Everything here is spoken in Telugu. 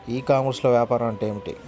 ఈ కామర్స్లో వ్యాపారం అంటే ఏమిటి?